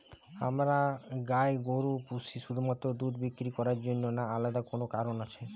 আমরা গাই গরু পুষি শুধুমাত্র দুধ বিক্রি করার জন্য না আলাদা কোনো কারণ আছে?